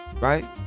Right